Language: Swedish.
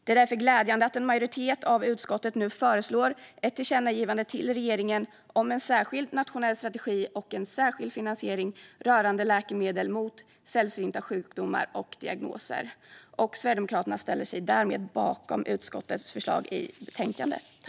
Det är därför glädjande att en majoritet i utskottet nu föreslår ett tillkännagivande till regeringen om en särskild nationell strategi och en särskild finansiering rörande läkemedel mot sällsynta sjukdomar och diagnoser. Sverigedemokraterna ställer sig därmed bakom utskottets förslag i betänkandet.